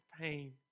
pain